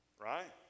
right